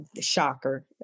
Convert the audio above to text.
shocker